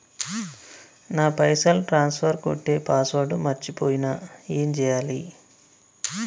నా పైసల్ ట్రాన్స్ఫర్ కొట్టే పాస్వర్డ్ మర్చిపోయిన ఏం చేయాలి?